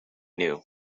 new